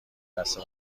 بسته